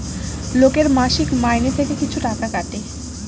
লোকের মাসিক মাইনে থেকে কিছু টাকা কাটে